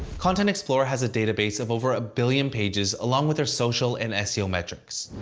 content explorer has a database of over a billion pages along with their social and seo metrics.